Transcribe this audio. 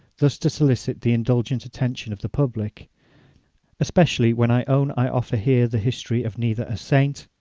thus to solicit the indulgent attention of the public especially when i own i offer here the history of neither a saint,